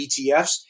ETFs